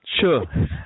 Sure